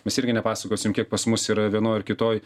mes irgi nepasakosim kiek pas mus yra vienoj ar kitoj